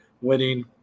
winning